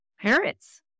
parents